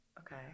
Okay